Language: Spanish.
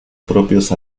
propios